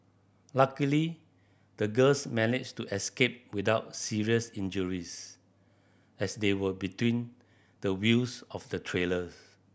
luckily the girls managed to escape without serious injuries as they were between the wheels of the trailers